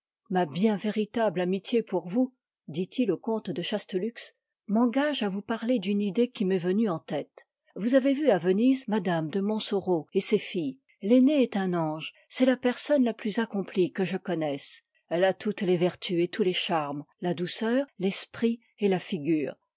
ma bien véritable amitié pour vous dit-il au comte de chastellux m'engage à vous parler d'une idée qui m'est venue en tête vous avez vu à venise m de montsoreau et ses filles taînée est un ange c'est la personne la plus accomplie que je connoisse i elle a toutes les vertus et tous les charmes la douceur l'esprit et la figure